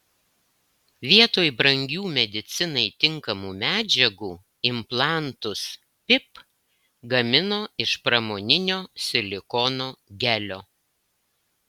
vietoj brangių medicinai tinkamų medžiagų implantus pip gamino iš pramoninio silikono gelio